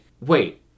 wait